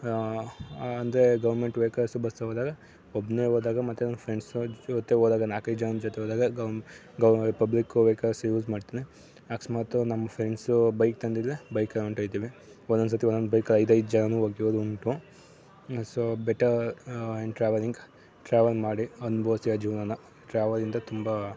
ಅಂದರೆ government vehicles bus ಹೋದಾಗ ಒಬ್ಬನೇ ಹೋದಾಗ ಮತ್ತೆ ನನ್ನ ಫ್ರೆಂಡ್ಸ್ನವ್ರ ಜೊತೆ ಹೋದಾಗ ನಾಲ್ಕೈದು ಜನದ ಜೊತೆ ಹೋದಾಗ ಗಮ್ ಗೌ ಪಬ್ಲಿಕ್ ವೆಹಿಕಲ್ಸ್ ಯೂಸ್ ಮಾಡ್ತೀನಿ ಅಕಸ್ಮಾತ್ ಮತ್ತು ನಮ್ಮ ಫ್ರೆಂಡ್ಸು ಬೈಕ್ ತಂದಿದ್ದರೆ ಬೈಕಲ್ಲಿ ಹೊಂಟೋಗ್ತೀವಿ ಒಂದೊಂದು ಸರ್ತಿ ಒದೊಂದು ಬೈಕಲ್ಲಿ ಐದು ಐದು ಜನರೂ ಹೋಗಿರೋದುಂಟು so better in travelling travel ಮಾಡಿ ಅನುಭವ್ಸಿ ಆ ಜೀವನನ ಟ್ರಾವಲಿಂದ ತುಂಬ